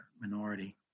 minority